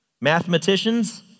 mathematicians